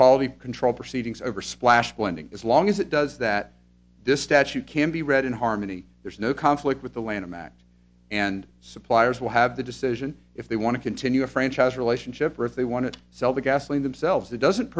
quality control proceedings over splash landing as long as it does that this statute can be read in harmony there's no conflict with the lanham act and suppliers will have the decision if they want to continue a franchise relationship or if they want to sell the gasoline themselves that doesn't